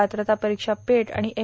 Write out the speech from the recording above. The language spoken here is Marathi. पात्रता परीक्षा पेट आणि एम